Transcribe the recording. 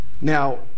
Now